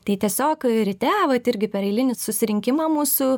tai tiesiog ryte vat irgi per eilinį susirinkimą mūsų